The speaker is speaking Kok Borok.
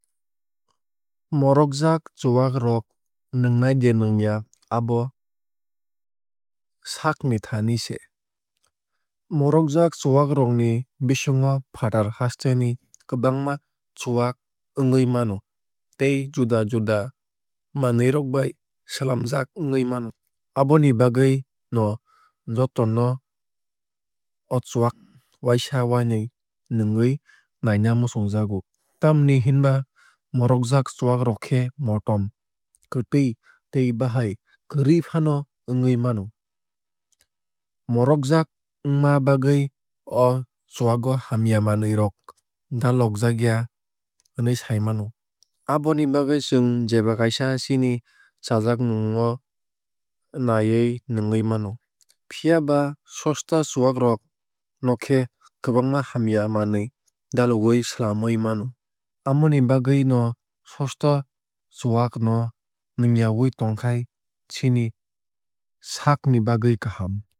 Morokjak chuwak rok nwgnai de nwngya abo sakni thani se. Morokjak chuwak rok ni bisingo fatar hasteni kwbangma chuwak wngwui mano tei juda juda manwui rok bai swlamjak wngwui mano. Aboni bagwui no joto no o chuwak waisa wainui nwngwui naina muchungjago. Tamoni hinba morokjak chuwak rok khe motom kwtwui tei bahai kwrwi faano wngwui mano. Morokjak wngma bagwui o chuwago hamya manwui rok dalokjakya hinui sai mano. Aboni bagwui chwng jeba kaisa chini chajakmung o naiyui nwngwui mano. Phiaba sosta chuwak rog noo khe kwbangma hamya manwui dalogwui swlamwui mano. Amoni bagwui no sosta chuwak no nwngyawui tongkhai chini saakni bagwui kaham.